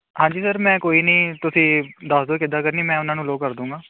ਹਾਂਜੀ ਸਰ ਮੈਂ ਕੋਈ ਨਹੀਂ ਤੁਸੀਂ ਦੱਸ ਦਿਓ ਕਿੱਦਾਂ ਕਰਨੀ ਮੈਂ ਉਹਨਾਂ ਨੂੰ ਅਲਾਓ ਕਰ ਦੂੰਗਾ